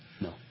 No